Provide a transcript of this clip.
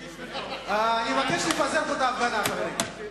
אני מבקש לפזר פה את ההפגנה, חברים.